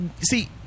See